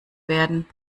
werden